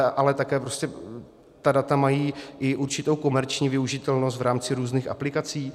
Ale také ta data mají i určitou komerční využitelnost v rámci různých aplikací.